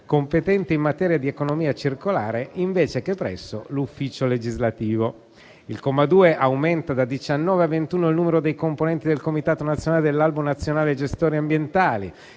competente in materia di economia circolare, invece che presso l'ufficio legislativo. Il comma 2 aumenta da 19 a 21 il numero dei componenti del Comitato nazionale dell'Albo nazionale gestori ambientali,